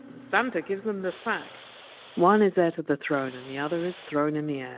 santa gives them the sack one is heir to the throne and the other is thrown in the yeah